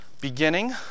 beginning